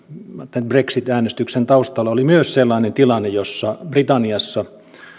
brexit äänestyksen taustalla oli myös sellainen tilanne jossa britanniassa